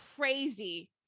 crazy